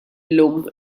llum